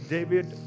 David